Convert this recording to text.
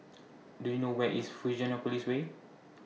Do YOU know Where IS Fusionopolis Way